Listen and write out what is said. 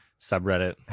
subreddit